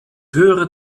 höhere